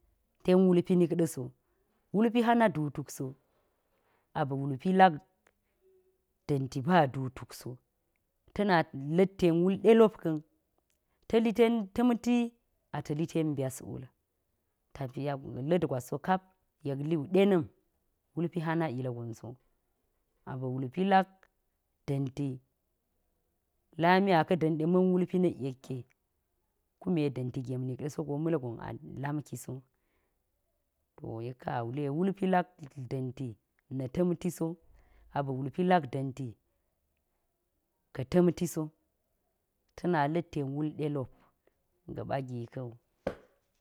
Ten wulpi nik da̱so, wulpi hana duu tuk so aba̱ wulpi lak da̱nti ba duu tuk so ta̱ ma let ten wal delop ka̱m ta̱ liten ta̱mti ata̱ liten byaswul lapiya gwa lit gwas wo kap yek liwu de na̱m. Wulpi hana ilgin so hana ilinso aba̱ wulpi lak da̱nti, lamia ka da̱nde ma̱n walpi na̱k yeke ku me da̱nti gem nik da̱ so go malgon alamti kiso. To yek karawule wulpi lak da̱ntina tamti so aba̱ wulpi lak da̱nti ka̱ ta̱mtiso ta̱na la̱t ten wul delop ga̱ ba̱ gi ka̱wu.